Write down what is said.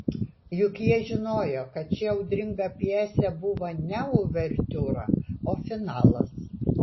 juk jie žinojo kad ši audringa pjesė buvo ne uvertiūra o finalas